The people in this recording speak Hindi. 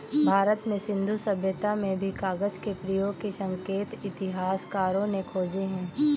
भारत में सिन्धु सभ्यता में भी कागज के प्रयोग के संकेत इतिहासकारों ने खोजे हैं